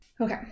Okay